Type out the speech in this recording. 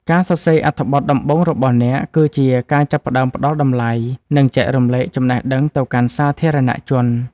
ការសរសេរអត្ថបទដំបូងរបស់អ្នក គឺជាការចាប់ផ្ដើមផ្ដល់តម្លៃ និងចែករំលែកចំណេះដឹងទៅកាន់សាធារណជន។